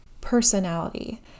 personality